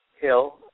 Hill